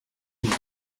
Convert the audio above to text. une